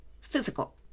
physical